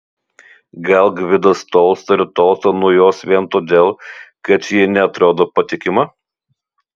gal gvidas tolsta ir tolsta nuo jos vien todėl kad ji neatrodo patikima